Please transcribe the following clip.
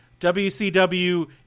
WCW